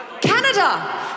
Canada